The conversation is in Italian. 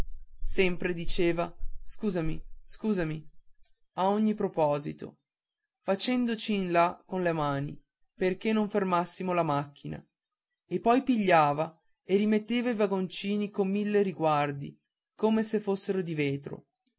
sempre diceva scusami scusami a ogni proposito facendoci in là con le mani perché non fermassimo la macchina e poi pigliava e rimetteva i vagoncini con mille riguardi come se fossero di vetro